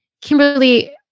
Kimberly